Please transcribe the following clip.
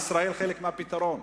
ישראל חלק מהפתרון.